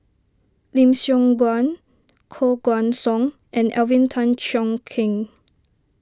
Lim Siong Guan Koh Guan Song and Alvin Tan Cheong Kheng